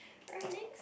alright next